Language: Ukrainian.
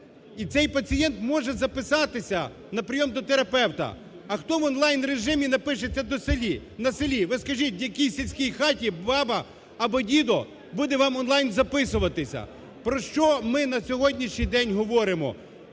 І цей пацієнт може записатися на прийом до терапевта. А хто в онлайн-режимі запишеться на селі? Ви скажіть, в якій сільській хаті баба або дідок буде вам онлайн записуватися? Про що ми на сьогоднішній день говоримо?